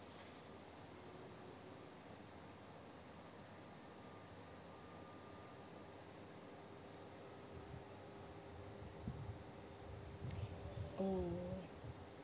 oh